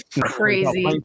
Crazy